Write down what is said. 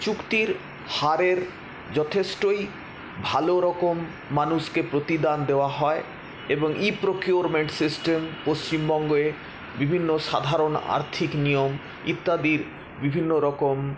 চুক্তির হারের যথেষ্টই ভালো রকম মানুষকে প্রতিদান দেওয়া হয় এবং ই প্রোকিওরমেন্ট সিস্টেম পশ্চিমবঙ্গে বিভিন্ন সাধারণ আর্থিক নিয়ম ইত্যাদির বিভিন্ন রকম